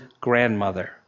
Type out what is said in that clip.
grandmother